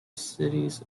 cities